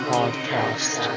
Podcast